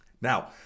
Now